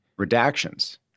redactions